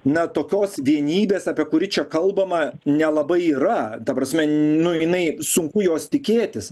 na tokios vienybės apie kurį čia kalbama nelabai yra ta prasme nu jinai sunku jos tikėtis